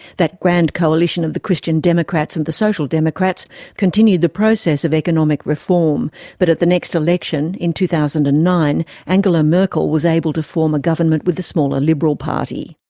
that grand coalition of the christian democrats and the social democrats continued the process of economic reform but at the next election in two thousand and nine angela merkel was able to form a government with the smaller liberal party.